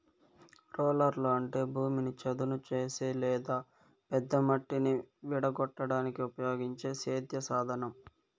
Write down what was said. రోలర్లు అంటే భూమిని చదును చేసే లేదా పెద్ద మట్టిని విడగొట్టడానికి ఉపయోగించే సేద్య సాధనం